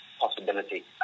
possibility